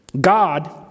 God